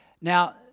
Now